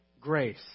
grace